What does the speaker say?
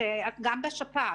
גם בשפעת,